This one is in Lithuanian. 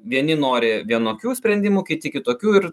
vieni nori vienokių sprendimų kiti kitokių ir